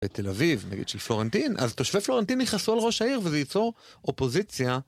תל אביב, נגיד של פלורנטין, אז תושבי פלורנטין יכעסו על ראש העיר וזה ייצור אופוזיציה.